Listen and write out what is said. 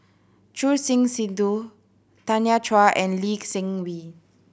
Choor Singh Sidhu Tanya Chua and Lee Seng Wee